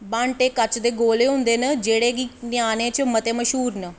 बांह्टे कच्च दे गोले होंदे न जेह्ड़े ञ्यानें च मते मश्हूर न